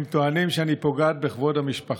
הם טוענים שאני פוגעת בכבוד המשפחה.